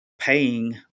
paying